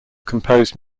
composed